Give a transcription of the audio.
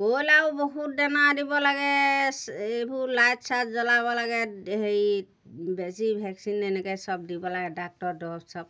কয়লাও বহুত দানা দিব লাগে চে এইবোৰ লাইট চাইট জ্বলাব লাগে হেৰি বেছি ভেকচিন এনেকৈ সব দিব লাগে ডাক্টৰ দৰৱ চৰব